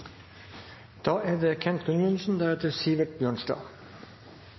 Da er det